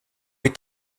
est